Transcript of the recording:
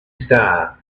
star